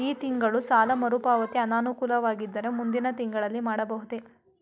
ಈ ತಿಂಗಳು ಸಾಲ ಮರುಪಾವತಿ ಅನಾನುಕೂಲವಾಗಿದ್ದರೆ ಮುಂದಿನ ತಿಂಗಳಲ್ಲಿ ಮಾಡಬಹುದೇ?